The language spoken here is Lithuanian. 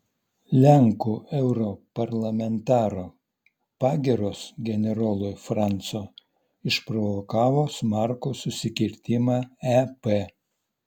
lenkų europarlamentaro pagyros generolui franco išprovokavo smarkų susikirtimą ep